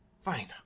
fine